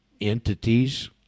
entities